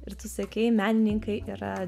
ir tu sakei menininkai yra